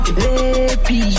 happy